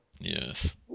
Yes